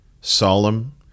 Solemn